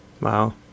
Wow